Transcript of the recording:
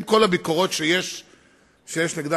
עם כל הביקורת שיש נגדה,